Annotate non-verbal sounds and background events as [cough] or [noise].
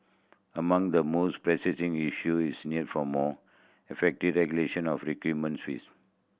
among the most [unintelligible] issue is near for more effective regulation of recruitment treats